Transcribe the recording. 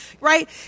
right